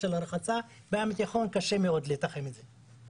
הרחצה ובים התיכון קשה מאוד לתחם את זה.